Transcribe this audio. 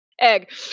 Egg